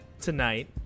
tonight